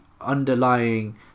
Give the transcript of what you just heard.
underlying